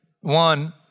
One